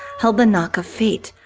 held the knack of fate.